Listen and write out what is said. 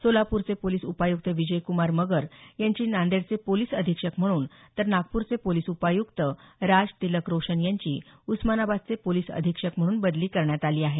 सोलापूरचे पोलीस उपायुक्त विजय क्रमार मगर यांची नांदेडचे पोलीस अधीक्षक म्हणून तर नागपूरचे पोलीस उपायुक्त राज तिलक रोशन यांची उस्मानाबादचे पोलीस अधीक्षक म्हणून बदली करण्यात आली आहे